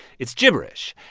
it's jibberish.